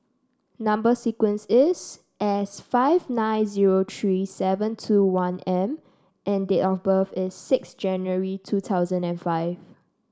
number sequence is S five nine zero three seven two one M and date of birth is six January two thousand and five